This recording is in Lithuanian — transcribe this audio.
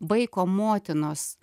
vaiko motinos